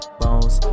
bones